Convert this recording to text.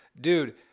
Dude